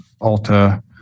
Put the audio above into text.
Alta